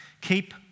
Keep